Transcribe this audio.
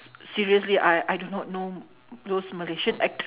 seriously I I do not know those malaysian actors